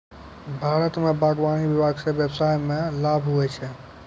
भारत मे बागवानी विभाग से व्यबसाय मे लाभ हुवै छै